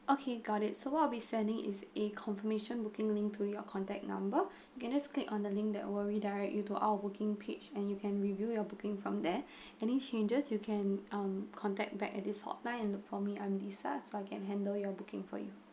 okay got it so what I'll be sending is a confirmation booking link to your contact number you can just click on the link that would redirect you to our working page and you can review your booking from there any changes you can um contact back at this hotline and look for me I'm lisa so I can handle your booking for you